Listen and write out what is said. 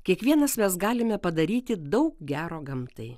kiekvienas mes galime padaryti daug gero gamtai